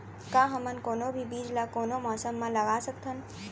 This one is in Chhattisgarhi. का हमन कोनो भी बीज ला कोनो मौसम म लगा सकथन?